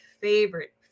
favorite